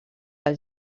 del